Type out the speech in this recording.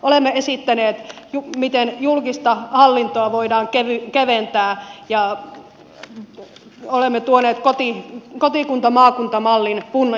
olemme esittäneet miten julkista hallintoa voidaan keventää ja olemme tuoneet kotikuntamaakunta mallin punnittavaksi